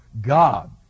God